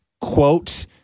quote